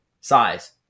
size